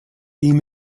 ihm